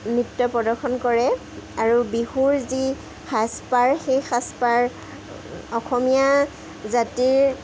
নৃত্য প্ৰদৰ্শন কৰে আৰু বিহুৰ যি সাজপাৰ সেই সাজপাৰ অসমীয়া জাতিৰ